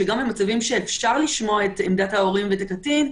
גם במצבים שאפשר לשמוע את עמדת ההורים ואת הקטין,